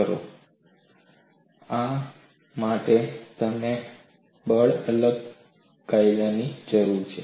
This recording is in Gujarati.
અને આ માટે તમારે બળ અલગ કાયદાની જરૂર છે